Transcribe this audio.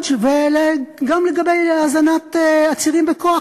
וגם לגבי הזנת עצירים בכוח,